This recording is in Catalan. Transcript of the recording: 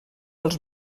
els